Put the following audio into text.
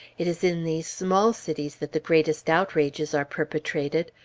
it is in these small cities that the greatest outrages are perpetrated.